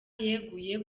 yeguye